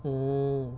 mm